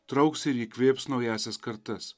trauks ir įkvėps naująsias kartas